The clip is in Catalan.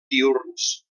diürns